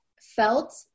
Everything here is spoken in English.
felt